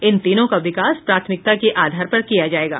इन तीनों का विकास प्राथमिकता के आधार पर किया जायेगा